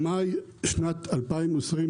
במאי 2022,